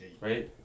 right